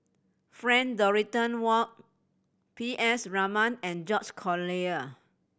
Frank Dorrington Ward P S Raman and George Collyer